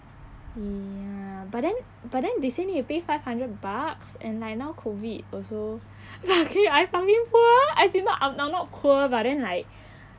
ya but then but then they say need to pay five hundred bucks and like now COVID also fucking I fucking poor as in I'm not poor but then like